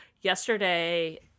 yesterday